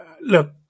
Look